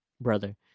Brother